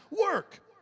work